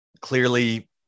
clearly